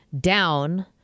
down